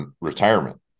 retirement